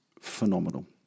phenomenal